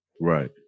Right